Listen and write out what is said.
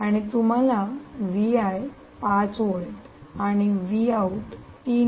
आणि तुम्हाला 5 व्होल्ट आणि 3